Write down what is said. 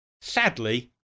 sadly